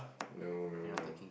no no no